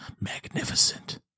magnificent